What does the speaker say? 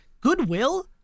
goodwill